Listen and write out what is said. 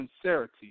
sincerity